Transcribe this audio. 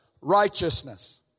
righteousness